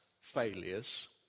failures